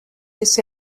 this